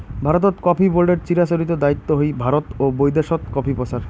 ভারতত কফি বোর্ডের চিরাচরিত দায়িত্ব হই ভারত ও বৈদ্যাশত কফি প্রচার